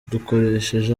dukoresheje